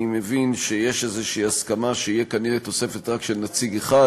אני מבין שיש איזו הסכמה שתהיה כנראה רק תוספת של נציג אחד,